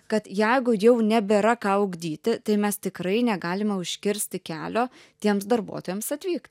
kad jeigu jau nebėra ką ugdyti tai mes tikrai negalime užkirsti kelio tiems darbuotojams atvykt